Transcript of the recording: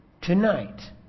Tonight